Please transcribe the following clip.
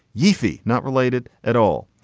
yeah uefi not related at all.